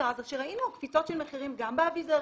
זה שראינו קפיצות של מחירים גם באביזרים,